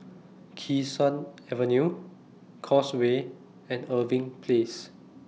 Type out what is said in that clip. Kee Sun Avenue Causeway and Irving Place